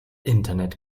internet